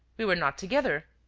we were not together.